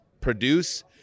produce